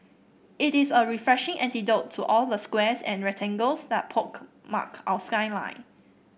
it is a refreshing antidote to all the squares and rectangles that pockmark our skyline